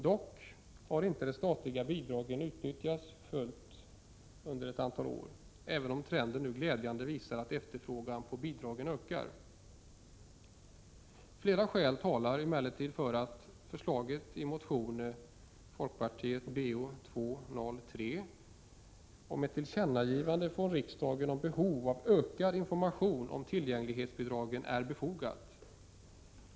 Dock har inte de statliga bidragen utnyttjats full ut under ett antal år, även om trenden nu glädjande visar att efterfrågan på bidragen ökar. Flera skäl talar emellertid för att förslaget i folkpartimotionen Bo203, om ett tillkännagivande från riksdagen om behovet av ökad information om tillgänglighetsbidragen, är befogat.